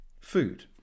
Food